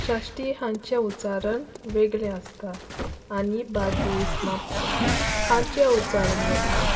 साश्टीय हांचें उच्चारण वेगळें आसता आनी बार्देस म्हापसा हांचें उच्चारण वेगळें